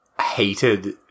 hated